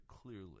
clearly